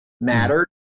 mattered